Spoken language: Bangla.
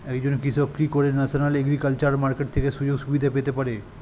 একজন কৃষক কি করে ন্যাশনাল এগ্রিকালচার মার্কেট থেকে সুযোগ সুবিধা পেতে পারে?